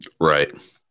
Right